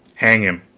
hang him,